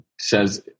says